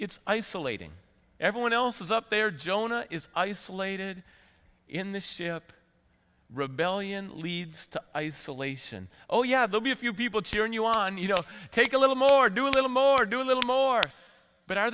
it's isolating everyone else is up there jonah is isolated in the ship rebellion leads to isolation oh yeah they'll be a few people cheering you on you know take a little more do a little more do a little more but are